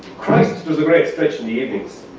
christ was a great stretch in the evenings.